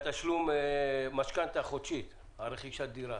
מתשלום משכנתא חודשית על רכישת דירה.